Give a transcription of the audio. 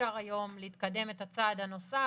אפשר היום להתקדם את הצעד הנוסף,